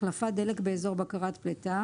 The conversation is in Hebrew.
"החלפת דלק באזור בקרת פליטה